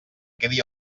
quedi